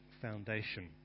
foundation